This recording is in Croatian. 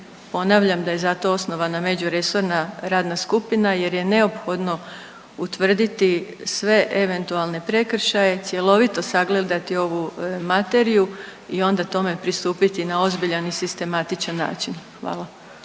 ponavljam da je zato osnovana međuresorna radna skupina jer je neophodno utvrditi sve eventualne prekršaje, cjelovito sagledati ovu materiju i onda tome pristupiti na ozbiljan i sistematičan način. Hvala.